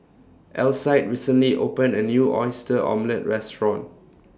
Alcide recently opened A New Oyster Omelette Restaurant